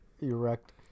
erect